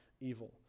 evil